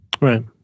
Right